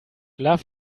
love